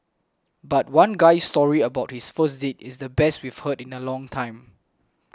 but one guy's story about his first date is the best we've heard in a long time